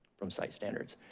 from site standards.